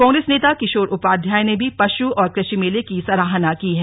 कांग्रेस नेता किशोर उपाध्याय ने भी पशु और कृषि मेले की सराहना की है